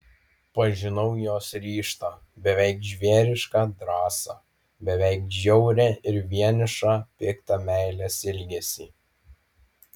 pažinau jos ryžtą beveik žvėrišką drąsą beveik žiaurią ir vienišą piktą meilės ilgesį